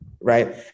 right